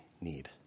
need